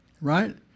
Right